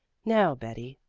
now, betty,